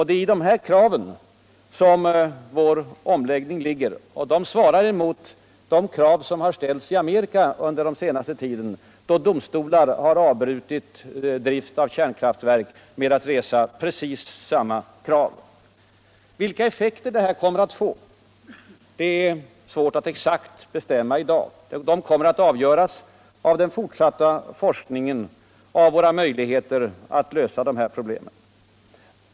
Det är i dessa krav som vår omläggning ligger, och de svarar mot de krav som ställts i Amerika under den senaste tiden, då domstolar har avbrutit drift av kärnkraftverk med precis samma motivering. Vilka effekter detta kommer att få är det svårt att i dag exakt säga. Det avgörs av den fortsatta forskningen beträffande våra möjligheter att lösa dessa problem.